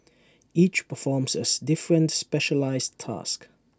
each performs A different specialised task